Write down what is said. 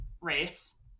race